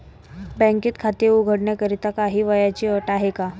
बँकेत खाते उघडण्याकरिता काही वयाची अट आहे का?